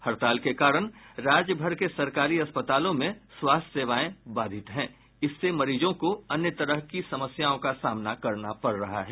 हड़ताल के कारण राज्यभर के सरकारी अस्पतालों में स्वास्थ्य सेवाएं बाधित हैं इससे मरीजों को अन्य तरह की समस्याओं का सामना करना पड़ रहा है